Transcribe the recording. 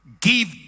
Give